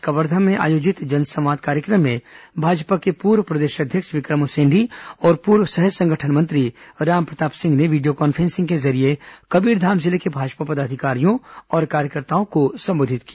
कवर्धा में आयोजित जनसंवाद कार्यक्रम में भाजपा के पूर्व प्रदेश अध्यक्ष विक्रम उसेंडी इसी कड़ी में आज और पूर्व सह संगठन मंत्री रामप्रताप सिंह ने वीडियो कॉन्फ्रेंसिंग के जरिये कबीरधाम जिले के भाजपा पदाधिकारियों और कार्यकर्ताओं को संबोधित किया